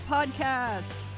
Podcast